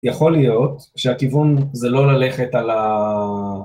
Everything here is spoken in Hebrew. יכול להיות שהכיוון זה לא ללכת על ה...